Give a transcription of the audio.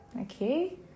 Okay